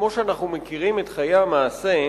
כמו שאנחנו מכירים את חיי המעשה,